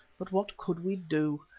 but what could we do?